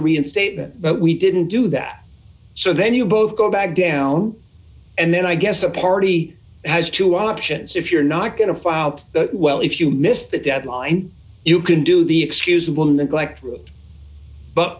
reinstatement but we didn't do that so then you both go back down and then i guess a party has two options if you're not going to file well if you miss the deadline you can do the excusable neglect route but